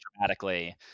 dramatically